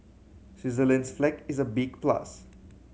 Switzerland's flag is a big plus